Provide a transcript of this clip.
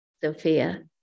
Sophia